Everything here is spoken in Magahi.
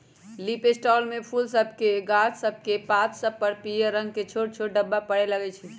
लीफ स्पॉट में फूल सभके गाछ सभकेक पात सभ पर पियर रंग के छोट छोट ढाब्बा परै लगइ छै